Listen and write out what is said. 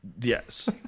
Yes